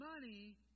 money